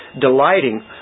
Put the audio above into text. delighting